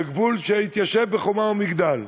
בגבול, מי שהתיישבו ב"חומה ומגדל",